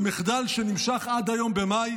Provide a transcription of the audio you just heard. ומחדל שנמשך עד היום, במאי,